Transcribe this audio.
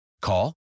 Call